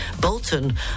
Bolton